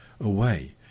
away